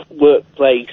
workplace